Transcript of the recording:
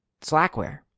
Slackware